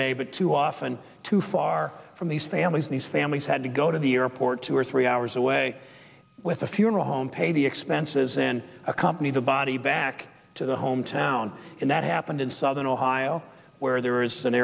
bay but too often too far from these families these families had to go to the airport two or three hours away with a funeral home pay the expenses in a company the body back to the hometown in that happened in southern ohio where there is an